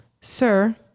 Sir